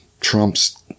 Trump's